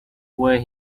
where